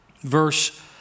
verse